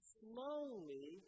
slowly